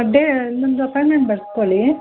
day ಇನ್ನೊಂದು appointment ಬರಕೊಳ್ಳಿ